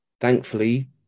thankfully